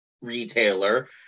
retailer